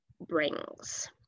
brings